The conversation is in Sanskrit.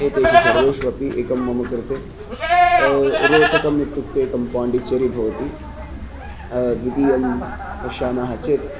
एतेषु सर्वेषु अपि एकं मम कृते रोचकम् इत्युक्ते एकं पाण्डिचेरि भवति द्वितीयं पश्यामः चेत्